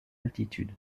altitude